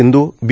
Sindhu बी